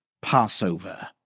Passover